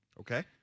Okay